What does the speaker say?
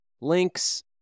Links